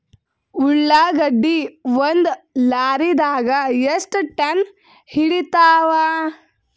ಉಳ್ಳಾಗಡ್ಡಿ ಒಂದ ಲಾರಿದಾಗ ಎಷ್ಟ ಟನ್ ಹಿಡಿತ್ತಾವ?